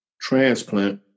transplant